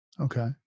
Okay